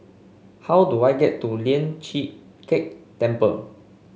how do I get to Lian Chee Kek Temple